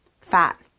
Fat